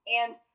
and-